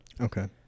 Okay